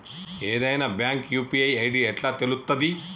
ఏదైనా bank UPI ID ఎట్లా తెలుత్తది?